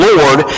Lord